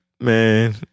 Man